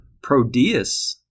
Prodeus